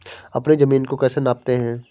अपनी जमीन को कैसे नापते हैं?